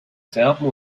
serben